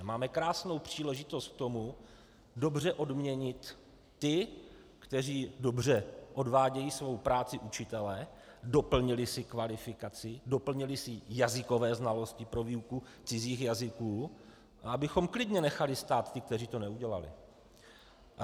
Máme krásnou příležitost k tomu dobře odměnit ty, kteří dobře odvádějí svou práci učitele, doplnili si kvalifikaci, doplnili si jazykové znalosti pro výuku cizích jazyků, a abychom klidně nechali stát ty, kteří to neudělali.